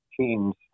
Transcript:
teams